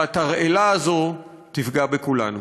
והתרעלה הזאת תפגע בכולנו.